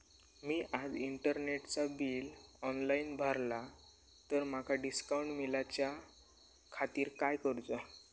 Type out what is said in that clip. मी माजा इंटरनेटचा bill online भरला तर माका डिस्काउंट मिलाच्या खातीर काय करुचा?